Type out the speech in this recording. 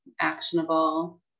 actionable